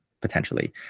potentially